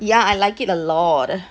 ya I like it a lot